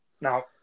now